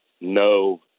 no